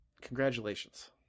congratulations